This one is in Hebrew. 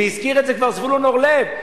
והזכיר את זה כבר זבולון אורלב,